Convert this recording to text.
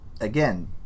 Again